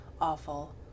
awful